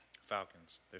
Falcons